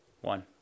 One